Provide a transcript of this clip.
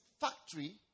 factory